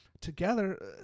together